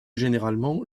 généralement